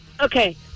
Okay